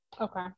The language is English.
Okay